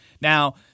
Now